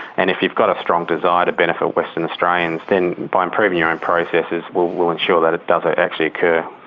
and if you've got a strong desire to benefit western australians, then by improving your own processes will will ensure that it does ah actually occur.